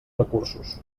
recursos